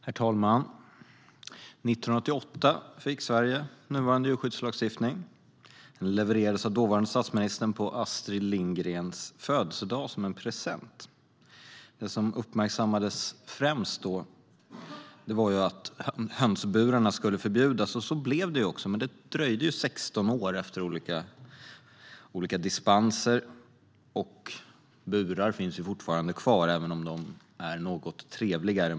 Herr talman! År 1988 fick Sverige nuvarande djurskyddslagstiftning. Den levererades av dåvarande statsministern på Astrid Lindgrens födelsedag som en present. Det som främst uppmärksammades då var att hönsburarna skulle förbjudas. Så blev det också, men det dröjde 16 år efter olika dispenser. Burar finns fortfarande kvar, även om de är något trevligare.